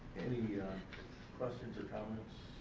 any questions or comments